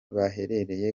baherereye